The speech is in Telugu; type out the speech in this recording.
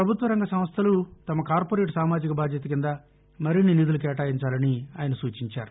ప్రభుత్వరంగ సంస్దలు తమ కార్పొరేట్ సామాజిక బాధ్యత కింద మరిన్ని నిధులు కేటాయించాలని ఆయన సూచించారు